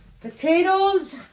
Potatoes